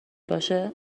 باشه